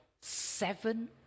seven